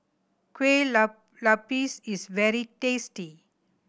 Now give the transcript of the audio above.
kuih lopes is very tasty